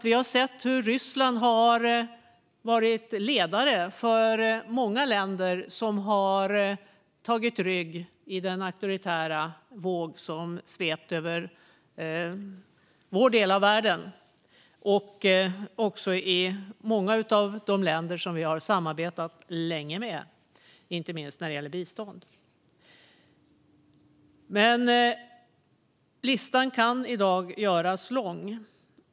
Vi har sett hur Ryssland varit ledare för många länder som har tagit rygg i den auktoritära våg som svept över vår del av världen och också många av de länder som vi har samarbetat länge med, inte minst när det gäller bistånd. Listan kan i dag göras lång.